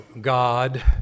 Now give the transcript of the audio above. God